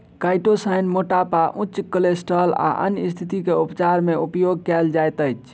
chitosan मोटापा उच्च cholesterol आ अन्य स्तिथि के उपचार मे उपयोग कायल जाइत अछि